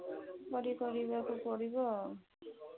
ପରେ କରିବାକୁ ପଡ଼ିବ ଆଉ